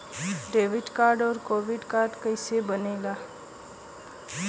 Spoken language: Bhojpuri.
डेबिट और क्रेडिट कार्ड कईसे बने ने ला?